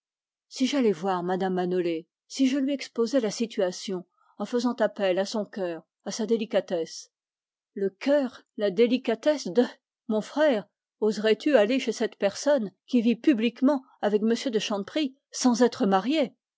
si j'allais voir mme manolé si je lui exposais la situation en faisant appel à sa délicatesse la délicatesse de mon frère oserais-tu aller chez cette personne qui vit publiquement avec m de chanteprie sans être mariée